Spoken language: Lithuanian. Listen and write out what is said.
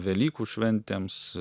velykų šventėms